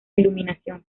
iluminación